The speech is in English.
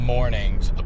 Mornings